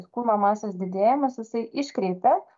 kūno masės didėjimas jisai iškreipia